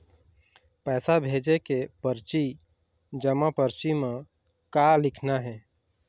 पैसा भेजे के परची जमा परची म का लिखना हे?